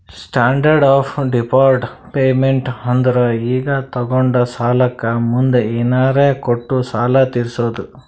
standard of deferred payment ಅಂದುರ್ ಈಗ ತೊಗೊಂಡ ಸಾಲಕ್ಕ ಮುಂದ್ ಏನರೇ ಕೊಟ್ಟು ಸಾಲ ತೀರ್ಸೋದು